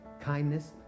kindness